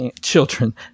children